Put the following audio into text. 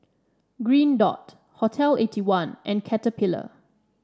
Green Dot Hotel Eighty one and Caterpillar